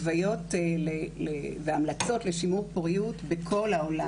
ביציות בהתוויה של לא שימור פוריות בחולות